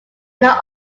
know